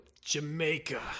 Jamaica